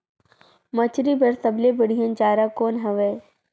मछरी बर सबले बढ़िया चारा कौन हवय?